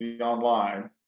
online